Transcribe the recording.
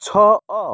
ଛଅ